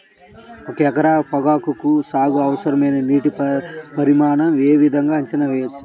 ఒక ఎకరం పొగాకు సాగుకి అవసరమైన నీటి పరిమాణం యే విధంగా అంచనా వేయవచ్చు?